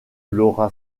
l’aura